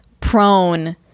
prone